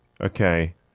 okay